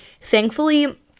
thankfully